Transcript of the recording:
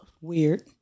Weird